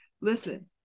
Listen